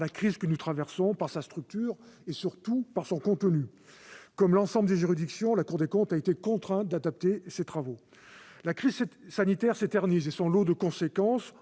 la crise que nous traversons, par sa structure et, surtout, par son contenu. Comme l'ensemble des juridictions, la Cour des comptes a été contrainte d'adapter ses travaux. La crise sanitaire s'éternise, et son lot de conséquences,